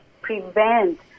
prevent